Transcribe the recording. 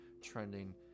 trending